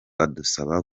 adusaba